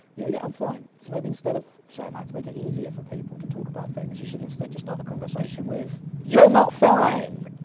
yeah, i'm fine. so maybe instead of saying that, to make it easier for people to talk about things, you should instead just start a conversation with you're not fine!